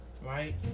Right